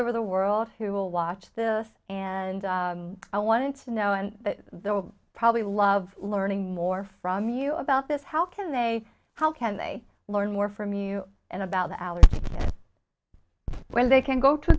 over the world who will watch this and i wanted to know and they will probably love learning more from you about this how can they how can they learn more from you and about the allergy when they can go to